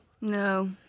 No